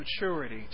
maturity